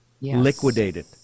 Liquidated